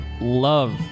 love